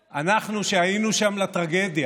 ואנחנו, זה בשביל עופר.